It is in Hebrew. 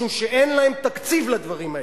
משום שאין להם תקציב לדברים האלה.